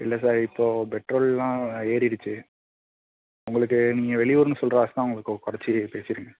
இல்லை சார் இப்போது பெட்ரோல்லாம் ஏறிடுச்சி உங்களுக்கு நீங்கள் வெளியூர்னு சொல்கிற காசு தான் உங்களுக்கு குறச்சி பேசியிருக்கேன்